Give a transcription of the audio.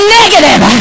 negative